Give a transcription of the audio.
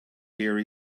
here